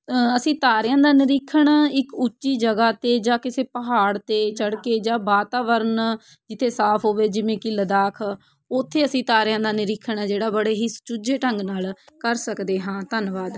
ਅਸੀਂ ਤਾਰਿਆਂ ਦਾ ਨਿਰੀਖਣ ਇੱਕ ਉੱਚੀ ਜਗ੍ਹਾ 'ਤੇ ਜਾਂ ਕਿਸੇ ਪਹਾੜ 'ਤੇ ਚੜ੍ਹ ਕੇ ਜਾਂ ਵਾਤਾਵਰਨ ਜਿੱਥੇ ਸਾਫ਼ ਹੋਵੇ ਜਿਵੇਂ ਕਿ ਲਦਾਖ ਉੱਥੇ ਅਸੀਂ ਤਾਰਿਆਂ ਦਾ ਨਿਰੀਖਣ ਆ ਜਿਹੜਾ ਬੜੇ ਹੀ ਸਚੁੱਜੇ ਢੰਗ ਨਾਲ ਕਰ ਸਕਦੇ ਹਾਂ ਧੰਨਵਾਦ